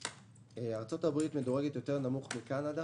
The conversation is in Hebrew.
ארצות הברית מדורגת נמוך יותר מקנדה